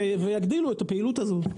ויגדילו את הפעילות הזאת.